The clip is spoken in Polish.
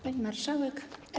Pani Marszałek!